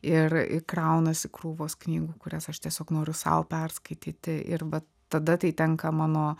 ir kraunasi krūvos knygų kurias aš tiesiog noriu sau perskaityti ir vat tada tai tenka mano